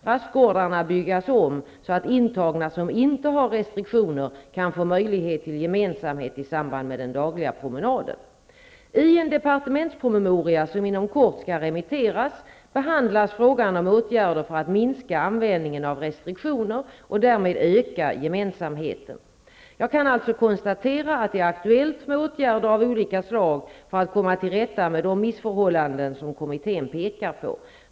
Rastgårdarna byggs om så att intagna som inte har restriktioner kan få möjligheter till gemensamhet i samband med den dagliga promenaden. Jag kan alltså konstatera att det är aktuellt med åtgärder av olika slag för att komma till rätta med de missförhållanden som kommittén pekar på.